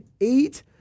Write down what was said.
eight